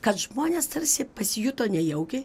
kad žmonės tarsi pasijuto nejaukiai